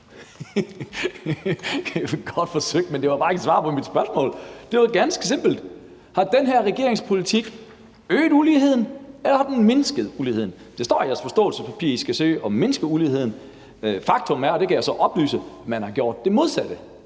godt forsøgt, men det var bare ikke svar på mit spørgsmål. Det var ganske simpelt: Har den her regerings politik øget uligheden, eller har den mindsket uligheden? Det står i jeres forståelsespapir, at I skal søge at mindske uligheden. Faktum er, og det kan jeg så oplyse, at man har gjort det modsatte.